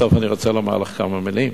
לבסוף אני רוצה לומר לך כמה מלים.